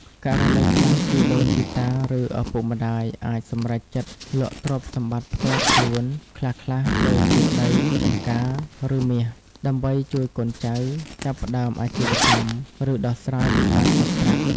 ករណីខ្លះ ជីដូនជីតា ឬឪពុកម្តាយអាចសម្រេចចិត្តលក់ទ្រព្យសម្បត្តិផ្ទាល់ខ្លួនខ្លះៗ ដូចជាដី ចម្ការ ឬមាស ដើម្បីជួយកូនចៅចាប់ផ្តើមអាជីវកម្ម ឬដោះស្រាយវិបត្តិសាច់ប្រាក់។